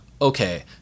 Okay